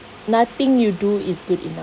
nothing you do is good enough